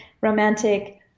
romantic